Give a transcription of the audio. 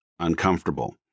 uncomfortable